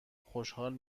خوشحال